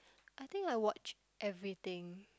I think I watch everything